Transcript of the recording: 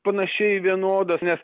panašiai vienodas nes